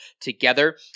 together